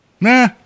nah